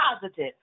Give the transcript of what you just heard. positive